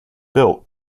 built